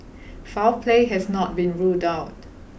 foul play has not been ruled out